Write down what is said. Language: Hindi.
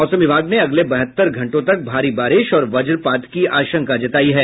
मौसम विभाग ने अगले बहत्तर घंटों तक भारी बारिश और वजपात की आशंका जतायी है